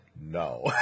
no